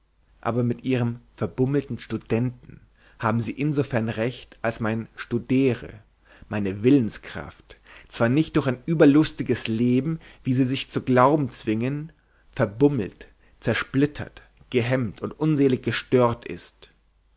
aber mit ihrem verbummelten studenten haben sie insofern recht als mein studere meine willenskraft zwar nicht durch ein überlustiges leben wie sie sich zu glauben zwingen verbummelt zersplittert gehemmt und unselig gestört ist